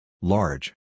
Large